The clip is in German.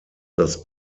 das